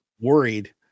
worried